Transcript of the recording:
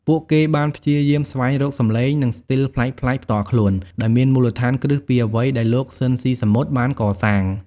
ពួកគេបានព្យាយាមស្វែងរកសំឡេង និងស្ទីលប្លែកៗផ្ទាល់ខ្លួន ដោយមានមូលដ្ឋានគ្រឹះពីអ្វីដែលលោក ស៊ីន ស៊ីសាមុត បានកសាង ។